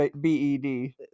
B-E-D